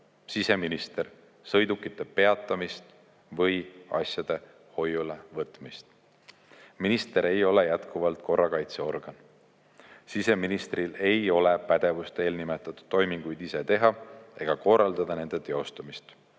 siseminister sõidukite peatamist või asjade hoiule võtmist. Jätkuvalt, minister ei ole korrakaitseorgan. Siseministril ei ole pädevust eelnimetatud toiminguid ise teha ega korraldada nende teostamist.